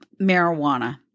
marijuana